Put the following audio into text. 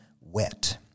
wet